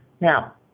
Now